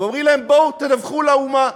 ואומרים להם: בואו תדווחו לאומה.